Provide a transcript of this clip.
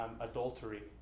adultery